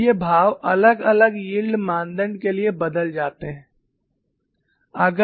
और ये भाव अलग अलग यील्ड मानदंड के लिए बदल जाते हैं